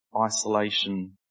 isolation